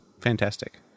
fantastic